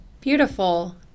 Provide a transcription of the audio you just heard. Beautiful